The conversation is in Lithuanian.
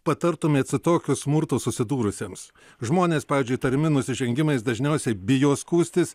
patartumėt su tokiu smurtu susidūrusiems žmonės pavyzdžiui įtariami nusižengimais dažniausiai bijo skųstis